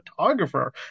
photographer